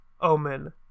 Omen